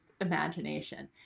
imagination